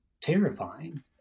terrifying